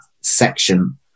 section